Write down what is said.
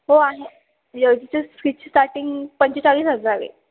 हो आहे यल जीचे फ्रीजची स्टार्टिंग पंचेचाळीस हजार आहे